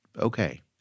okay